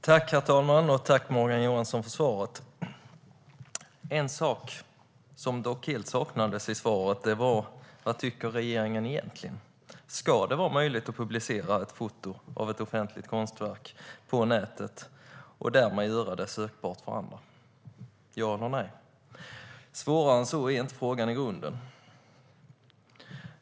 Herr talman! Tack, Morgan Johansson, för svaret! En sak som dock helt saknades i svaret var vad regeringen egentligen tycker. Ska det vara möjligt att publicera ett foto av ett offentligt konstverk på nätet och därmed göra det sökbart för andra? Ja eller nej? Svårare än så är inte frågan i grunden.